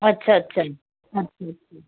अछा अछा अछा